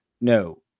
No